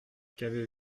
qu’avez